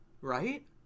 right